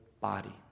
body